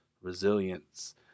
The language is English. Resilience